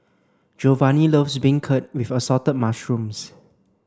Giovanni loves beancurd with assorted mushrooms